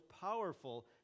powerful